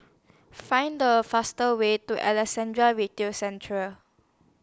Find A fastest Way to Alexandra Retail Centre